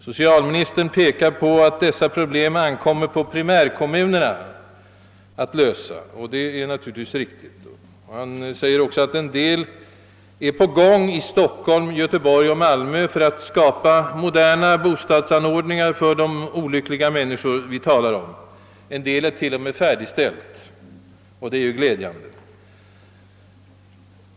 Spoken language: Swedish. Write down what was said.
Socialministern pekar på att dessa problem ankommer på primärkommunerna att lösa, och det är naturligtvis riktigt. Han säger också att en hel del åtgärder är vidtagna i Stockholm, Göteborg och Malmö för att skapa moderna bostadsanordningar för de olyckliga människor vi talar om — en del har t.o.m. färdigställts, och det är ju glädjande.